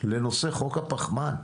לנושא חוק הפחמן.